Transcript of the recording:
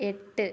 എട്ട്